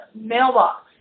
mailbox